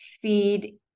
feed